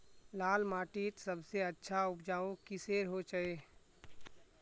लाल माटित सबसे अच्छा उपजाऊ किसेर होचए?